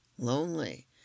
lonely